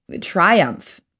triumph